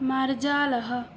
मार्जालः